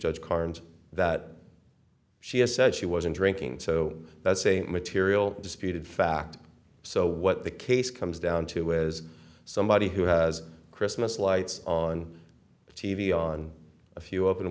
judge carnes that she has said she wasn't drinking so that's a material disputed fact so what the case comes down to is somebody who has christmas lights on t v on a few open